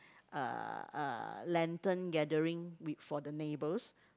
uh uh lantern gathering with for the neighbours